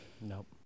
Nope